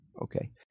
okay